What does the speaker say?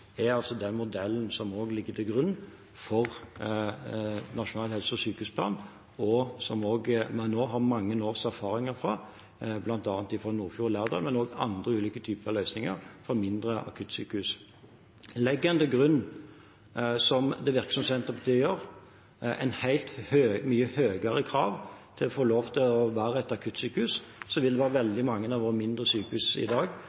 den modellen som også ligger til grunn for Nasjonal helse- og sykehusplan, og som vi nå har mange års erfaringer med, bl.a. fra Nordfjord og Lærdal, men også fra andre ulike typer løsninger ved mindre akuttsykehus. Legger en til grunn – som det virker som om Senterpartiet gjør – et mye høyere krav for å få lov til å være et akuttsykehus, vil det være veldig mange av våre mindre sykehus i dag